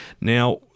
Now